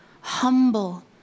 humble